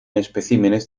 especímenes